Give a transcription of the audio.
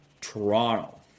Toronto